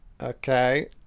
okay